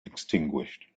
extinguished